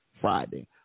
Friday